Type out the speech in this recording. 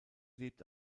lebt